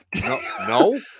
No